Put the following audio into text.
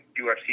UFC